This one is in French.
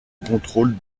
contrôle